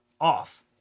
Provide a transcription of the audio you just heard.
off